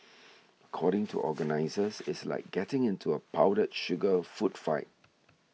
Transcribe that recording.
according to organisers it's like getting into a powdered sugar of food fight